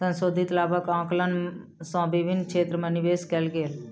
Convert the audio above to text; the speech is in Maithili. संशोधित लाभक आंकलन सँ विभिन्न क्षेत्र में निवेश कयल गेल